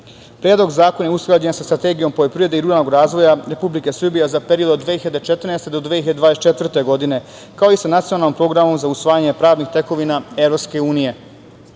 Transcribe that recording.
zakona je usklađen sa Strategijom poljoprivrede i ruralnog razvoja Republike Srbije za period od 2014. do 2024. godine, kao i sa Nacionalnim programom za usvajanje pravnih tekovina EU.U procesu